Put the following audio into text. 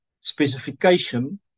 specification